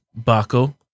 Baco